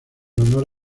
honor